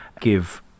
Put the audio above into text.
give